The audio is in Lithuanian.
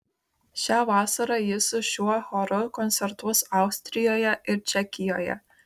šią vasarą ji su šiuo choru koncertuos austrijoje ir čekijoje